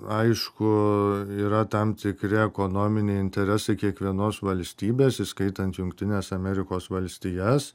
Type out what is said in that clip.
aišku yra tam tikri ekonominiai interesai kiekvienos valstybės įskaitant jungtines amerikos valstijas